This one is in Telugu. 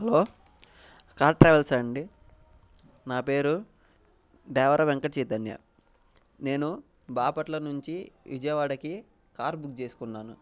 హలో కార్ ట్రావెల్స్ అండి నా పేరు దేవర వెంకట చెతన్య నేను బాపట్ల నుంచి విజయవాడకి కార్ బుక్ చేసుకున్నాను